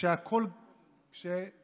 כשיש